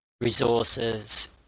resources